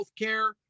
healthcare